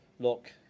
Look